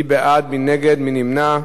מי בעד, מי נגד, מי נמנע?